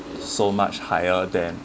so much higher than